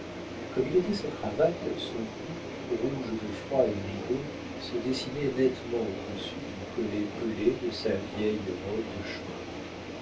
comme il était sans cravate son cou rouge de froid et ridé se dessinait nettement au-dessus du collet pelé de sa vieille robe de chambre